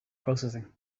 processing